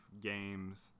games